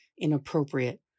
inappropriate